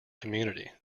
community